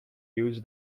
use